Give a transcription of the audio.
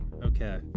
Okay